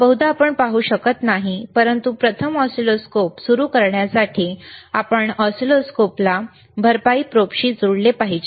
तर बहुधा आपण पाहू शकत नाही परंतु प्रथम ऑसिलोस्कोप सुरू करण्यासाठी आपण ऑसिलोस्कोपला भरपाई प्रोबशी जोडले पाहिजे